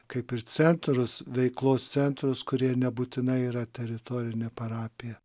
kaip ir centrus veiklos centrus kurie nebūtinai yra teritorinė parapija